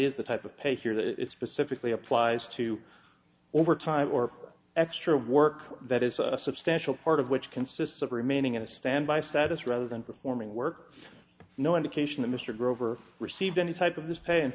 is the type of pay here that specifically applies to overtime or extra work that is a substantial part of which consists of remaining in a standby status rather than performing work no indication that mr grover received any type of this pay in